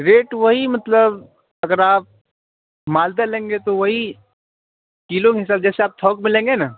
rate وہی مطلب اگر آپ مالدہ لیں گے تو وہی کلو کے حساب جیسے آپ تھوک میں لیں گے نا